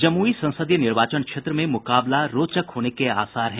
जमुई संसदीय निर्वाचन क्षेत्र में मुकाबला रोचक होने के आसार हैं